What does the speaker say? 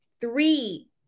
Three